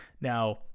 Now